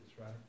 right